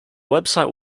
website